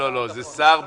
זה שר במשרד.